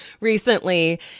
recently